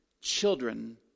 children